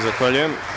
Zahvaljujem.